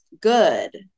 good